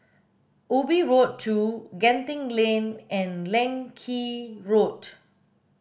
Ubi Road two Genting Lane and Leng Kee Road